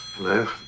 hello